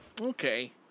okay